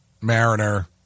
Mariner